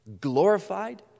glorified